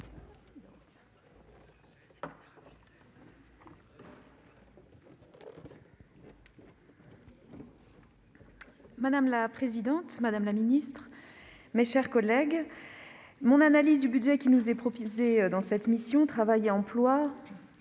Madame la présidente, madame la ministre, mes chers collègues, mon analyse du budget qui nous est proposé pour la mission « Travail et emploi »